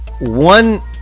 one